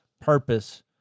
purpose